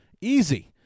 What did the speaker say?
Easy